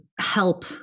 help